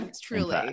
Truly